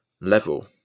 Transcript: level